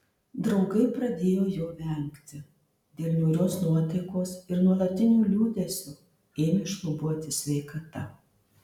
draugai pradėjo jo vengti dėl niūrios nuotaikos ir nuolatinio liūdesio ėmė šlubuoti sveikata